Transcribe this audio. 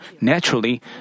naturally